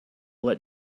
let